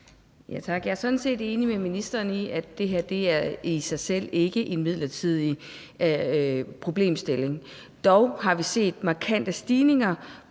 Jeg er sådan set enig med ministeren i, at det her i sig selv ikke er en midlertidig problemstilling. Dog har vi set markante stigninger